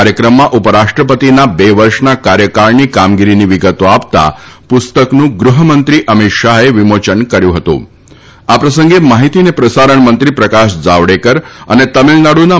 કાર્યક્રમમાં ઉપરાષ્ટ્રપતિના બે વર્ષના કાર્યકાળની કામગીરીની વિગતો આપતા પુસ્તકનું ગૃહમંત્રી અમિત આ પ્રસંગે માહિતી અને પ્રસારણ મંત્રી પ્રકાશ જાવડેકર અને તમિલનાડુના